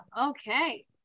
okay